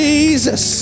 Jesus